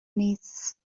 نیست